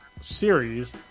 series